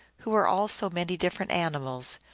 who were all so many different animals,